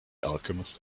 alchemist